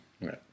Right